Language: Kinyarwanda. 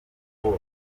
byose